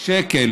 שקל: